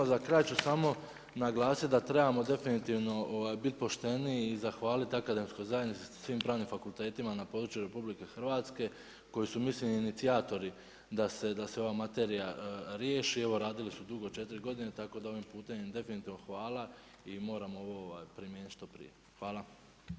Za kraj ću samo naglasiti da trebamo definitivno biti pošteni i zahvaliti akademskoj zajednici sa svim pravnim fakultetima na području RH koji su u misiji inicijatori da se ova materija riješi, radili su dugo, 4 godine tako da im ovim putem definitivno hvala i moramo ovo primijeniti što prije.